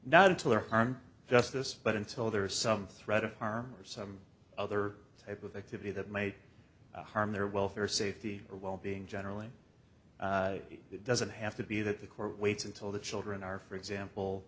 not until their parent justice but until there is some threat of harm or some other type of activity that made harm their welfare safety or wellbeing generally it doesn't have to be that the court waits until the children are for example